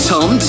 Tom